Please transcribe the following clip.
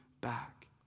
back